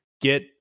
get